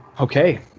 Okay